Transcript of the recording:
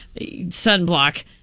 sunblock